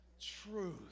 truth